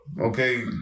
Okay